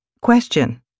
Question